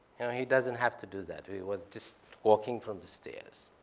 he doesn't have to do that. he was just walking from the stairs.